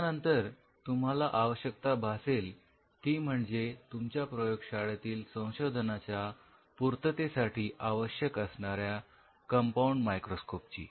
यानंतर तुम्हाला आवश्यकता भासेल ती म्हणजे तुमच्या प्रयोगशाळेतील संशोधनाच्या पूर्ततेसाठी आवश्यक असणाऱ्या कंपाउंड मायक्रोस्कोप ची